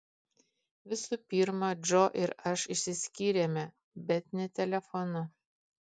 visų pirma džo ir aš išsiskyrėme bet ne telefonu